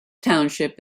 township